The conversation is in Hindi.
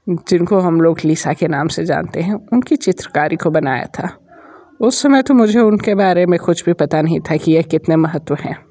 जिनको हम लोग लीसा के नाम से जानते हैं उनकी चित्रकारी को बनाया था उस समय तो मुझे उनके बारे में कुछ भी पता नहीं था कि ये कितने महत्त्व हैं